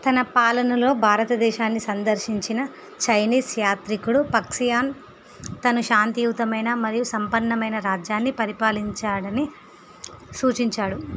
తన పాలనలో భారతదేశాన్ని సందర్శించిన చైనీస్ యాత్రికుడు ఫక్సియాన్ తను శాంతియుతమైన మరియు సంపన్నమైన రాజ్యాన్ని పరిపాలించాడని సూచించాడు